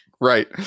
Right